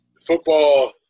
Football